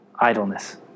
idleness